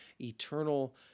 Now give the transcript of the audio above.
eternal